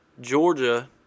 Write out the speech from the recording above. Georgia